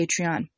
Patreon